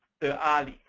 the aali.